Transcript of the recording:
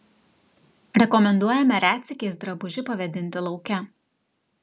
rekomenduojame retsykiais drabužį pavėdinti lauke